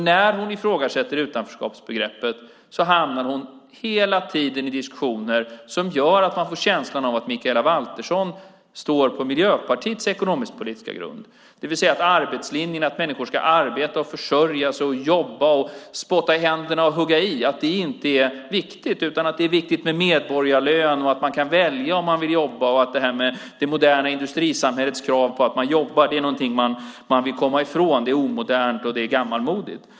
När hon ifrågasätter utanförskapsbegreppet hamnar hon nämligen hela tiden i diskussioner som gör att man får känslan av att Mikaela Valtersson står på Miljöpartiets ekonomisk-politiska grund, det vill säga att arbetslinjen - att människor ska arbeta och försörja sig och jobba och spotta i händer och hugga i - inte är viktig. I stället är det viktigt med medborgarlön och att man kan välja om man vill jobba. Det moderna industrisamhällets krav på att man jobbar är något man vill komma ifrån, för det är omodernt och gammalmodigt.